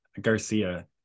garcia